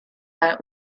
out